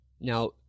Now